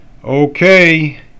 Okay